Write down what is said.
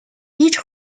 each